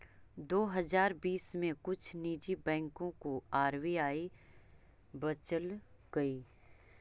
दो हजार बीस में कुछ निजी बैंकों को आर.बी.आई बचलकइ